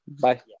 Bye